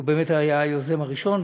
הוא באמת היה היוזם הראשון,